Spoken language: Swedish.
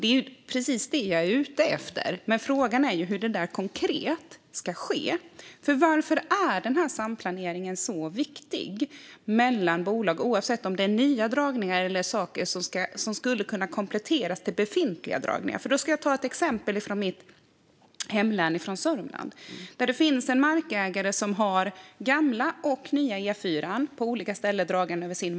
Det är precis detta jag är ute efter. Frågan är hur det konkret ska ske. Varför är den här samplaneringen mellan bolag så viktig, oavsett om det handlar om nya dragningar eller saker som skulle kunna komplettera befintliga dragningar? Jag ska ta ett exempel från mitt hemlän Sörmland. Där finns en markägare som har gamla och nya E4:an på sin mark på olika ställen.